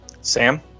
Sam